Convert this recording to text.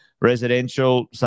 residential